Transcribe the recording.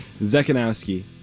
Zekanowski